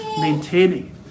maintaining